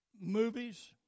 movies